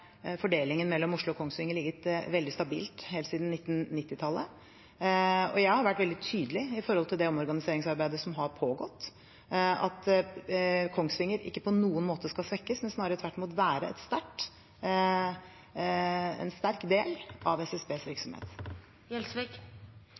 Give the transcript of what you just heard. fordelingen mellom Oslo og Kongsvinger vært veldig stabil helt siden 1990-tallet. Når det gjelder det omorganiseringsarbeidet som har pågått, har jeg vært tydelig på at Kongsvinger ikke på noen måte skal svekkes, men snarere tvert imot være en sterk del av SSBs